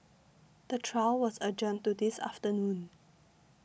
the trial was adjourned to this afternoon